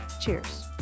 Cheers